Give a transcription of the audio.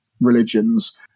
religions